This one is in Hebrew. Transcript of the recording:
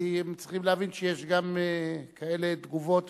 אז הם צריכים להבין שיש גם כאלה תגובות.